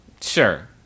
Sure